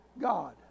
God